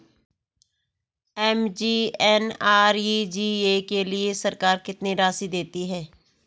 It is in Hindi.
एम.जी.एन.आर.ई.जी.ए के लिए सरकार कितनी राशि देती है?